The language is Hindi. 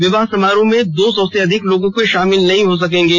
विवाह समारोह में दो सौ से अधिक लोग शामिल नहीं हो सकेंगे